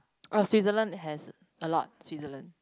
ah Switzerland has a lot Switzerland